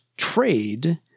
trade